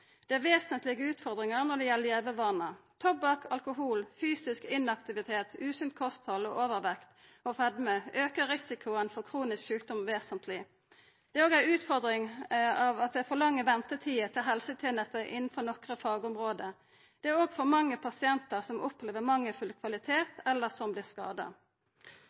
Det er vesentlege utfordringar når det gjeld levevanar. Tobakk, alkohol, fysisk inaktivitet, usunt kosthald og overvekt og fedme aukar risikoen for kronisk sjukdom vesentleg. Det er òg ei utfordring med for lange ventetider til helsetenester innanfor nokre fagområde. Det er òg for mange pasientar som opplever mangelfull kvalitet, eller som vert skada.